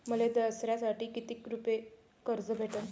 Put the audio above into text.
मले दसऱ्यासाठी कितीक रुपये कर्ज भेटन?